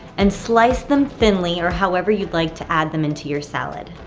and slice them thinly, or however you'd like to add them into your salad.